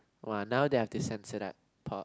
(wah) now they have to sense it up pop